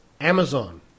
Amazon